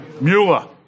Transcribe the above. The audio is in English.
Mueller